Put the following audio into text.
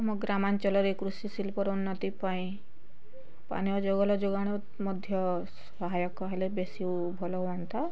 ଆମ ଗ୍ରାମାଞ୍ଚଳରେ କୃଷି ଶିଳ୍ପର ଉନ୍ନତି ପାଇଁ ପାନୀୟ ଜଳ ଯୋଗାଣ ମଧ୍ୟ ସହାୟକ ହେଲେ ବେଶୀ ଭଲ ହୁଅନ୍ତା